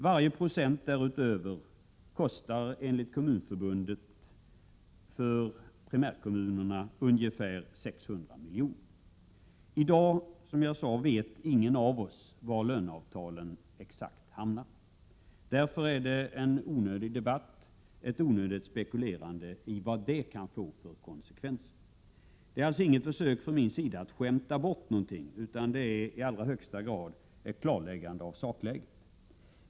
Varje procent därutöver kostar primärkommunerna enligt Kommunförbundet ungefär 600 milj.kr. I dag vet, som jag sade, ingen av oss exakt var löneavtalen hamnar. Därför är det här en onödig debatt, ett onödigt spekulerande i vad konsekvenserna kan bli. Det är alltså inte fråga om något försök från min sida att skämta bort någonting, utan det är i allra högsta grad fråga om ett klarläggande av sakläget.